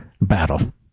battle